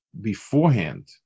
beforehand